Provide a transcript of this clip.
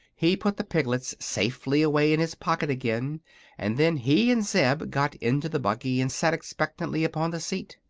he put the piglets safely away in his pocket again and then he and zeb got into the buggy and sat expectantly upon the seat.